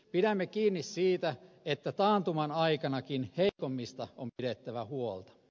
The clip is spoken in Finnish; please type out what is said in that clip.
pidämme kiinni siitä että taantuman aikanakin heikommista on pidettävä huolta